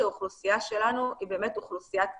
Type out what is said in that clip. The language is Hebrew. שהאוכלוסייה שלנו היא באמת אוכלוסיית קצה,